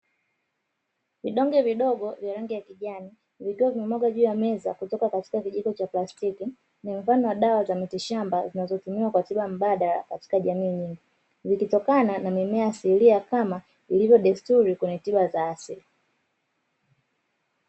Vidonge vidogo vya rangi ya kijani, vikiwa vimemwaga juu ya meza kutoka Katika kijiko cha plastiki. Ni mfano wa dawa za miti shamba zinazotumiwa kwa tiba mbadala katika jamii nyingi zikitokana na mimea asilia kama ilivyo desturi kwenye tiba za asili.